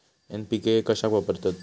NPK कशाक वापरतत?